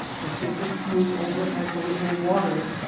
the surface smoothed over as though it were water.